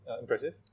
impressive